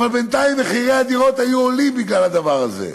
אבל בינתיים מחירי הדירות היו עולים בגלל הדבר הזה.